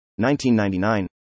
1999